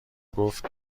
گفت